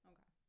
Okay